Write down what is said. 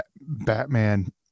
Batman